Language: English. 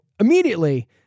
immediately